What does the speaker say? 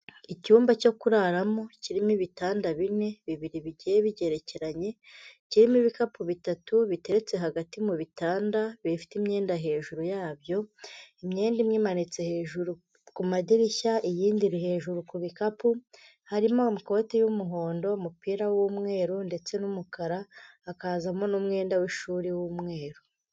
Icyumba cyo kuraramo kirimo ibitanda bine bibiri bigiye bigerekeranye. Kirimo ibikapu bitatu biteretse hagati mu bitanda bifite imyenda hejuru yabyo. Imyenda imwe imanitse hejuru ku madirishya, iyindi hejuru ku bikapu. Harimo amakoti y'umuhondo, umupira w'umweru ndetse n'umukara. Hakazamo n'umwenda w'ishuri w'umweru.